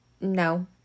no